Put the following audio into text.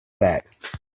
back